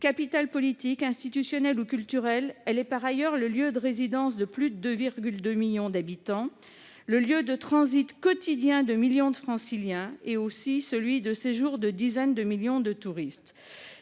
Capitale politique, institutionnelle et culturelle, la ville est aussi le lieu de résidence de plus de 2,2 millions d'habitants, le lieu de transit quotidien de millions de Franciliens et aussi celui de séjour de dizaines de millions de touristes.